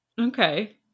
Okay